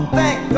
Thank